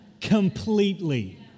completely